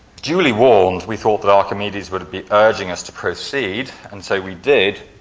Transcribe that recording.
dually warned, we thought that archimedes would be urging us to proceed, and so we did.